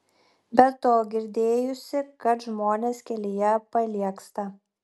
be to girdėjusi kad žmonės kelyje paliegsta